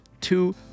Two